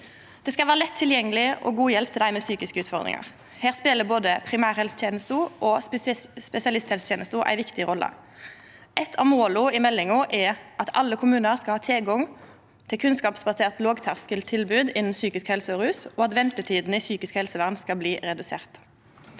Det skal vera lett tilgjengeleg og god hjelp til dei med psykiske utfordringar. Her spelar både primærhelsetenesta og spesialisthelsetenesta ei viktig rolle. Eit av måla i meldinga er at alle kommunar skal ha tilgang til kunnskapsbasert lågterskeltilbod innanfor psykisk helse og rus, og at ventetidene i psykisk helsevern skal bli reduserte.